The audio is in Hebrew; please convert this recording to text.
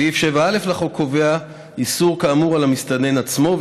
סעיף 7א לחוק קובע איסור כאמור על המסתנן עצמו,